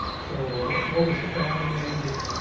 so, what, what was the family name that